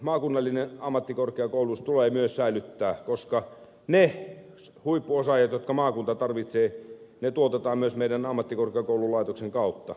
maakunnallinen ammattikorkeakoulutus tulee myös säilyttää koska ne huippuosaajat jotka maakunta tarvitsee tuotetaan myös meidän ammattikorkeakoululaitoksen kautta